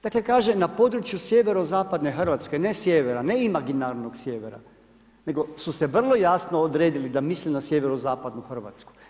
Dakle kaže na području sjeverozapadne Hrvatske ne sjevera, ne imaginarnog sjevera nego su se vrlo jasno odredili da misle na sjeverozapadnu Hrvatsku.